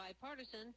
bipartisan